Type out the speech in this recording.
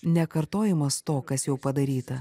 nekartojamas to kas jau padaryta